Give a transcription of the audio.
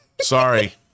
Sorry